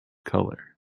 color